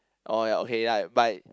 oh ya okay ya but